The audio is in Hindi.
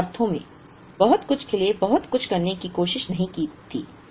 कुछ अर्थों में बहुत कुछ के लिए बहुत कुछ करने की कोशिश नहीं की थी